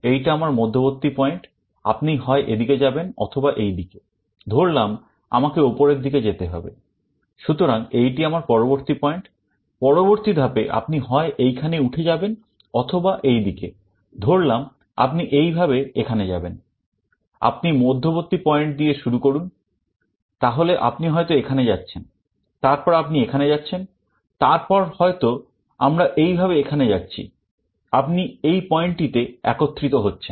এইটা আমার মধ্যবর্তী পয়েন্ট দিয়ে শুরু করুন তাহলে আপনি হয়তো এখানে যাচ্ছেন তারপর আপনি এখানে যাচ্ছেন তারপর হয়তো আমরা এইভাবে এখানে যাচ্ছি আপনি এই পয়েন্টটিতে একত্রিত হচ্ছেন